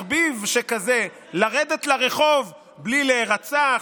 לרדת לרחוב בלי להירצח,